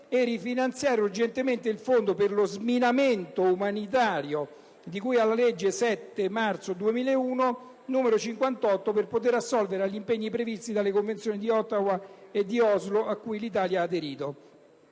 e rifinanziare urgentemente il Fondo per lo sminamento umanitario, di cui alla legge 7 marzo 2001, n. 58, per poter assolvere agli impegni previsti dalle Convenzioni di Ottawa e di Oslo a cui l'Italia ha aderito.